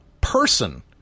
person